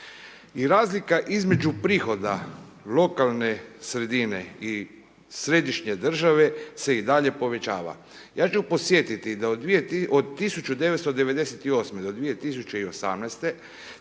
razlika između prihoda lokalne sredine i središnje države se i dalje povećava. Ja ću podsjetiti da od 1998. do 2018.